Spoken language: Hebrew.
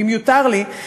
אם יותר לי,